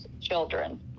children